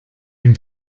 den